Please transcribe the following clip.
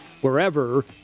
wherever